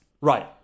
Right